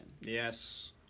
yes